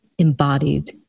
embodied